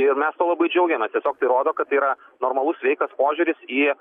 ir mes tuo labai džiaugiamės tiesiog tai rodo kad tai yra normalus sveikas požiūris į